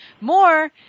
more